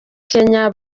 kenya